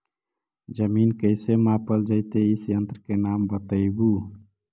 जमीन कैसे मापल जयतय इस यन्त्र के नाम बतयबु?